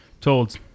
Told